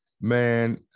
man